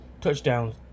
touchdowns